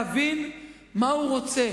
אף אחד לא מצליח להבין מה הוא רוצה.